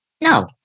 No